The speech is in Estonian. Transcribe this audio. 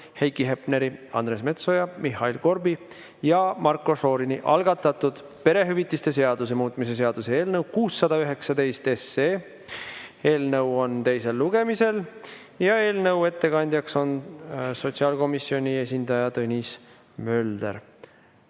Heiki Hepneri, Andres Metsoja, Mihhail Korbi ja Marko Šorini algatatud perehüvitiste seaduse muutmise seaduse eelnõu 619. Eelnõu on teisel lugemisel ja ettekandjaks on sotsiaalkomisjoni esindaja Tõnis Mölder.